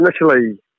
initially